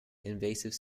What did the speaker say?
invasive